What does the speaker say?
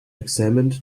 examined